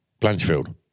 Blanchfield